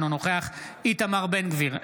אינו נוכח איתמר בן גביר,